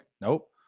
nope